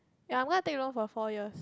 ya I'm going to take loan for four years